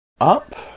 up